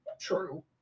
True